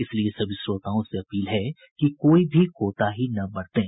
इसलिए सभी श्रोताओं से अपील है कि कोई भी कोताही न बरतें